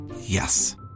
Yes